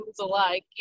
alike